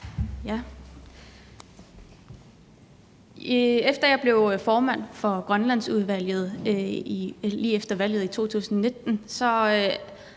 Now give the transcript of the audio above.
Efter jeg blev formand for Grønlandsudvalget lige efter valget i 2019,